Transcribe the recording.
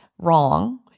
wrong